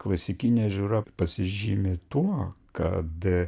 klasikinė žiūra pasižymi tuo kad